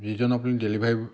reasonable delivery